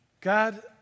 God